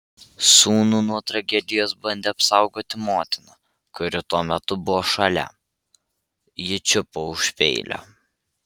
sūnų nuo tragedijos bandė apsaugoti motina kuri tuo metu buvo šalia ji čiupo už peilio